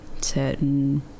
certain